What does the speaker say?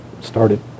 started